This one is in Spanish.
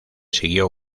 siguió